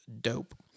dope